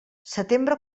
setembre